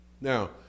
Now